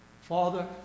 Father